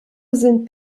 sind